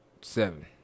seven